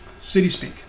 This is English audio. CitySpeak